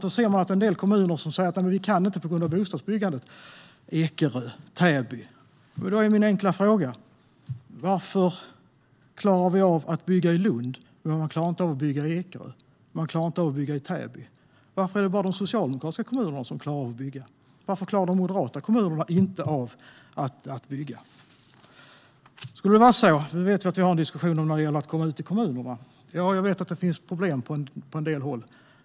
Då ser man en del kommuner, till exempel Ekerö och Täby, som säger: Nej, men vi kan inte. Då är min enkla fråga: Varför klarar man av att bygga i Lund men inte i Ekerö och i Täby? Varför är det bara de socialdemokratiska kommunerna som klarar av att bygga? Varför klarar inte de moderata kommunerna av att bygga? Vi har en diskussion när det gäller att komma ut till kommunerna. Jag vet att det finns problem på en del håll.